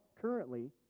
currently